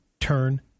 turn